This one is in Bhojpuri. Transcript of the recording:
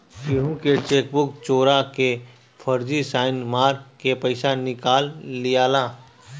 केहू के चेकबुक चोरा के फर्जी साइन मार के पईसा निकाल लियाला